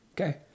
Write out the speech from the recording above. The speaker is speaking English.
Okay